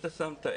ללא ספק,